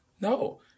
No